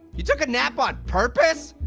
you took a nap on purpose?